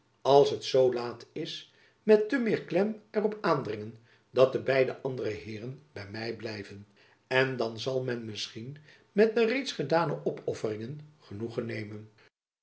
als het zoo laat is met te meer klem er op aandringen dat de beide andere heeren by my blijven en dan zal men misschien met de reeds gedane opofferingen genoegen nemen